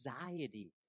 anxiety